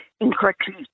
incorrectly